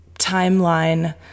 timeline